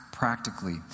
Practically